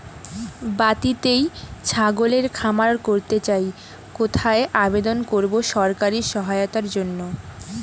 বাতিতেই ছাগলের খামার করতে চাই কোথায় আবেদন করব সরকারি সহায়তার জন্য?